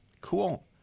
Cool